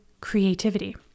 creativity